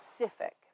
specific